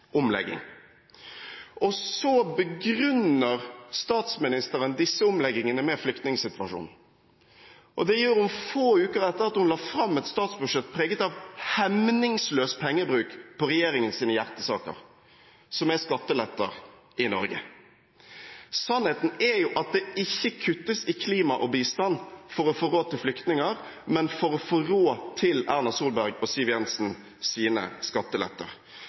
omlegging. Så begrunner statsministeren disse omleggingene med flyktningsituasjonen, og det gjør hun få uker etter at hun la fram et statsbudsjett preget av hemningsløs pengebruk på regjeringens hjertesak, som er skatteletter i Norge. Sannheten er jo at det ikke kuttes i klima og bistand for å få råd til flyktninger, men for å få råd til Erna Solberg og Siv Jensens skatteletter.